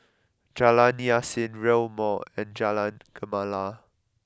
Jalan Yasin Rail Mall and Jalan Gemala